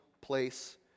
place